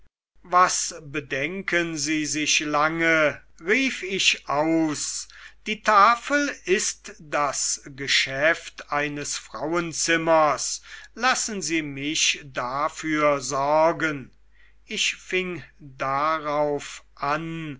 was bedenken sie sich lange rief ich aus die tafel ist das geschäft eines frauenzimmers lassen sie mich dafür sorgen ich fing darauf an